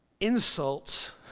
insults